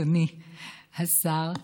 אדוני השר,